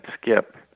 skip